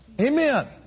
Amen